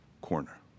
corner